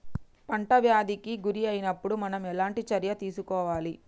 పంట వ్యాధి కి గురి అయినపుడు మనం ఎలాంటి చర్య తీసుకోవాలి?